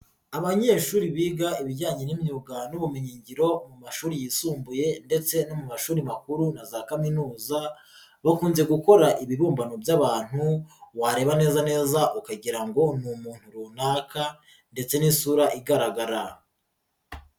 Abanyeshuri biga ibijyanye n'imyuga n'ubumenyingiro mu mashuri yisumbuye ndetse no mu mashuri makuru na za kaminuza, bakunze gukora ibibumbano by'abantu wareba neza neza ukagira ngo n'umuntu runaka ndetse n'isura igaragara.